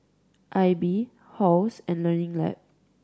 Aibi Halls and Learning Lab